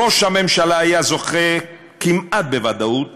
ראש הממשלה היה זוכה כמעט בוודאות